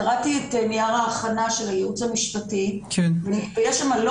קראתי את נייר ההכנה של הייעוץ המשפטי ויש שם לא